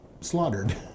slaughtered